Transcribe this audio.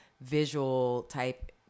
visual-type